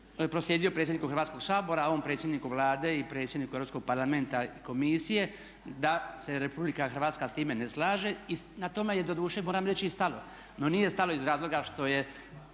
proslijedio predsjedniku Hrvatskoga sabora, ovom predsjedniku Vlade i predsjedniku Europskog parlamenta i komisije da se Republika Hrvatska s time ne slaže. I na tome je moram reći i stalo. No nije stalo iz razloga što je